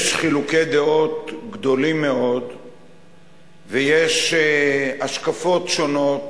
יש חילוקי דעות גדולים מאוד ויש השקפות שונות,